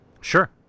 Sure